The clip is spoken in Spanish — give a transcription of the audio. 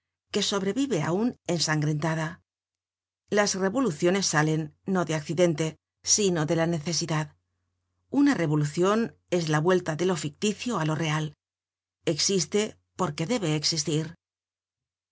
que sobrevive aun ensangrentada las revoluciones salen no de un accidente sino dela necesidad una revolucion es la vuelta de lo ficticio á lo real existe porque debe existir los